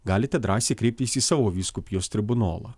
galite drąsiai kreiptis į savo vyskupijos tribunolą